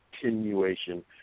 continuation